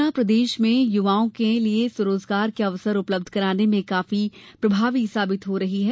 योजना प्रदेश में युवाओं के लिये स्वरोजगार के अवसर उपलब्ध कराने में काफी प्रभावी साबित हो रही है